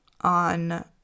on